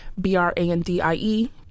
B-R-A-N-D-I-E